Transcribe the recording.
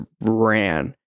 ran